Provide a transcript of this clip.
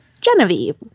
Genevieve